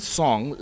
song